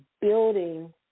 building